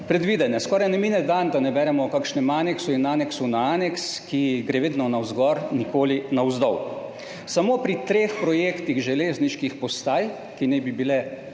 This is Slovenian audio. predvidene. Skoraj ne mine dan, da ne beremo o kakšnem aneksu in aneksu na aneks, ki gre vedno navzgor, nikoli navzdol. Samo pri treh projektih železniških postaj, ki naj bi bile